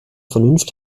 vernunft